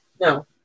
no